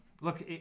look